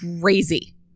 Crazy